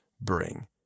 bring